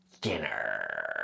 dinner